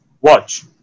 watch